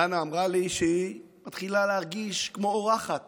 דנה אמרה לי שהתחילה להרגיש כמו אורחת